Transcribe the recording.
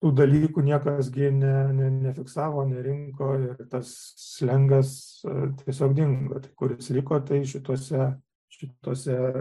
tų dalykų niekas gi ne nefiksavo nerinko ir tas slengas tiesiog dingo tai kur jis liko tai šitose šitose